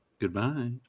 Goodbye